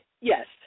yes